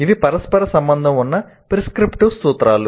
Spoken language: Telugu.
ఇవి పరస్పర సంబంధం ఉన్న ప్రిస్క్రిప్టివ్ సూత్రాలు